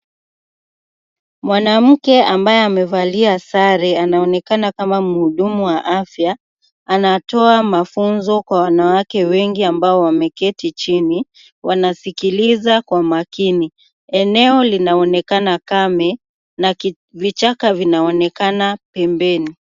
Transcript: Mwanamke ambaye amevalia sare anaonekana kama mhudumu wa afya anatoa mafunzo kwa wanawake wengi ambao wameketi chini, wanasikiliza kwa makini, eneo linaonekana kame na vichaka vinaonekana pembeni.